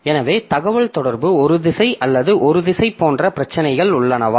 எனவே தகவல்தொடர்பு இரு திசை அல்லது ஒரு திசை போன்ற பிரச்சினைகள் உள்ளனவா